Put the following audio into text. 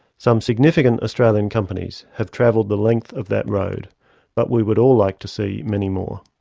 some significant australian companies have travelled the length of that road but we would all like to see many more.